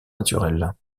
naturelles